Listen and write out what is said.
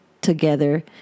together